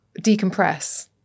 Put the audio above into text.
decompress